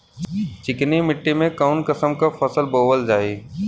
चिकनी मिट्टी में कऊन कसमक फसल बोवल जाई?